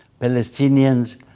Palestinians